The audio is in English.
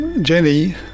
Jenny